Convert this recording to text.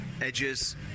edges